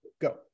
Go